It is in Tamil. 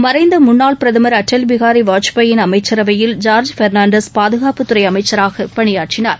மறைந்தமுன்னாள் பிரதமர் அடல் பிகாரிவாஜ்பாயின் அமைச்சரவையில் ஜார்ஜ் பெர்னாண்டஸ் பாதுகாப்புத்துறைஅமைச்சராகபணியாற்றினார்